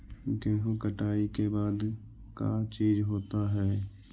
गेहूं कटाई के बाद का चीज होता है?